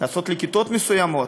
לעשות לכיתות מסוימות,